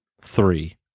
three